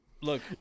look